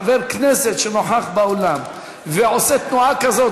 חבר כנסת שנוכח באולם ועושה תנועה כזאת,